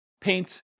paint